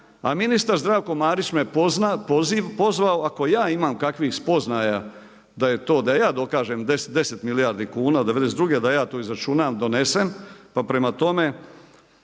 a ministar Zdravko Marić me pozvao ako ja imam kakvih spoznaja da je to, da ja dokažem 10 milijardi kuna '92. da ja to izračunam, donesem. Pa prema tome,